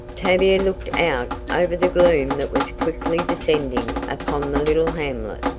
tavia looked out over the gloom that was quickly descending upon the little hamlet.